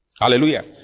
Hallelujah